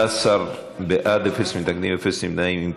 14 בעד, אפס מתנגדים, אפס נמנעים.